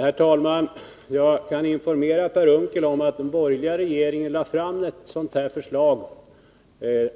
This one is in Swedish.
Herr talman! Jag kan informera Per Unckel om att den borgerliga regeringen skickade ett förslag